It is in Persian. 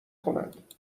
کند